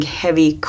heavy